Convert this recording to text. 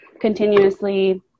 Continuously